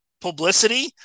publicity